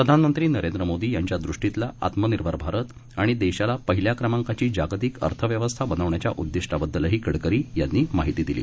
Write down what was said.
प्रधानमंत्रीनरेंद्रमोदीयांच्यादृष्टीतलाआत्मनिर्भरभारतआणिआणिदेशालापहिल्याक्रमांकाचीजागतिकअर्थव्य वस्थाबनवण्याच्याउद्दिष्टाबद्दलहीगडकरीयांनीमाहितीदिली